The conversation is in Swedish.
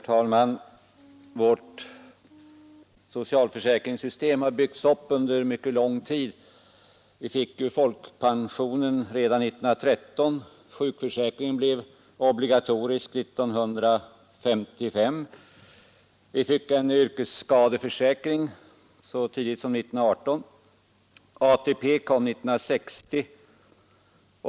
Herr talman! Vårt socialförsäkringssystem har byggts upp under mycket lång tid. Vi fick folkpensionen redan 1913, sjukförsäkringen blev obligatorisk 1955; vi fick en yrkesskadeförsäkring så tidigt som 1918 och ATP kom 1960.